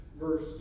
verse